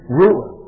ruler